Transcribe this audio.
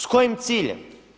S kojim ciljem?